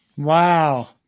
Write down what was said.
Wow